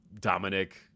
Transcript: Dominic